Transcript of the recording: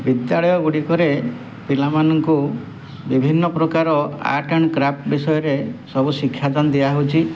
ବିଦ୍ୟାଳୟ ଗୁଡ଼ିକରେ ପିଲାମାନଙ୍କୁ ବିଭିନ୍ନ ପ୍ରକାର ଆର୍ଟ ଆଣ୍ଡ୍ କାର୍ପ୍ଟ ବିଷୟରେ ସବୁ ଶିକ୍ଷାଦାନ ଦିଆହଉଛି